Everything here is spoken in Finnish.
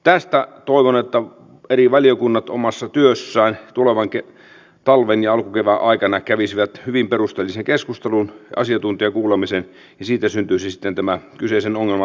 toivon että eri valiokunnat omassa työssään tulevan talven ja alkukevään aikana kävisivät tästä hyvin perusteellisen keskustelun ja asiantuntijakuulemisen ja siitä syntyisi sitten tämä kyseisen ongelman ratkaisu